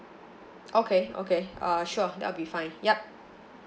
okay okay uh sure that will be fine yup